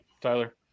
Tyler